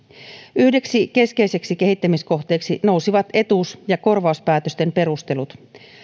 yhdeksi keskeiseksi kehittämiskohteeksi nousivat etuus ja korvauspäätösten perustelut